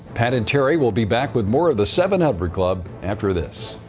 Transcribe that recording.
pat and terry will be back with more of the seven hundred club, after this.